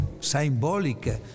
symbolic